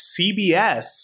CBS